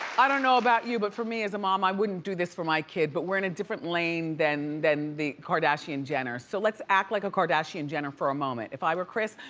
i don't know about you, but for me as a mom, i wouldn't do this for my kid, but we're in a different lane than than the kardashian-jenners. so let's act like a kardashian-jenner for a moment. if i were kris,